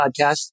podcast